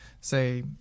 say